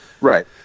Right